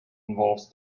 involves